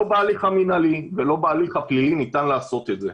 לא בהליך המינהלי ולא בהליך הפלילי ניתן לעשות את זה.